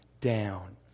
down